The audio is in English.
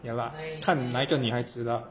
ya lah 看那一个女孩子啦